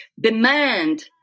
demand